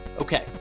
Okay